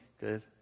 Good